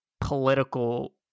political